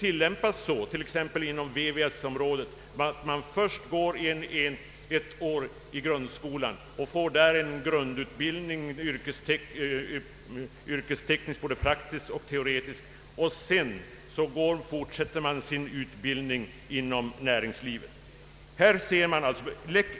Inom exempelvis VVS-området går man först ett år i en yrkeslinje i skolan och får där en grundutbildning som är både praktisk och teoretisk. Utbildningen fortsätter sedan inom näringslivet.